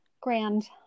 grand